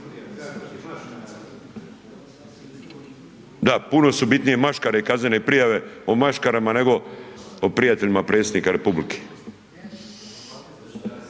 Da, puno su bitnije maškare i kaznene prijave, o maškarama nego o prijateljima predsjednika Republike.